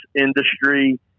industry